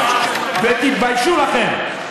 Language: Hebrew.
תתביישו לכם.